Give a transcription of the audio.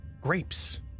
grapes